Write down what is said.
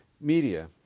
Media